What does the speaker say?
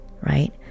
right